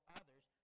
others